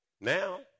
Now